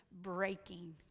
breaking